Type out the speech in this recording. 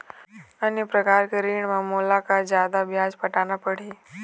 अन्य प्रकार के ऋण म मोला का जादा ब्याज पटाना पड़ही?